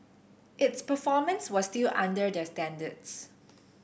its performance was still under their standards